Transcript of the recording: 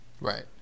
Right